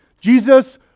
Jesus